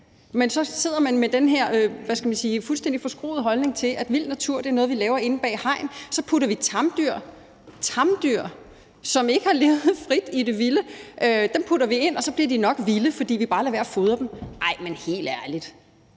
Men så sidder man med den her, hvad skal jeg sige, fuldstændig forskruede holdning til, at vild natur er noget, man laver inde bag hegn, og så putter man tamdyr – tamdyr – som ikke har levet frit, derind, og så bliver de nok vilde, fordi man lader være at fodre dem. Nej, men helt ærligt!